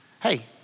Hey